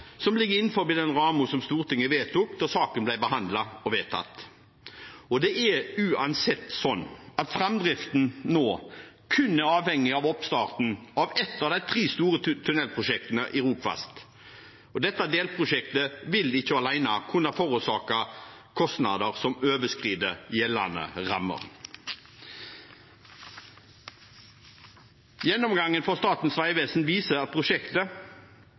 som ligger innenfor den rammen som Stortinget vedtok da saken ble behandlet og vedtatt. Det er uansett slik at framdriften nå kun er avhengig av oppstarten av ett av de tre store tunnelprosjektene i Rogfast, og dette delprosjektet vil ikke alene kunne forårsake kostnader som overskrider gjeldende rammer. Gjennomgangen fra Statens vegvesen viser at prosjektet,